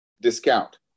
discount